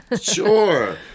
Sure